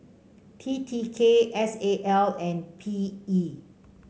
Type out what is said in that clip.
T T K S A L and P E